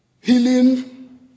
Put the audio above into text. healing